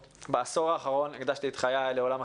בעשור האחרון הקדשתי את חיי לעולם החינוך.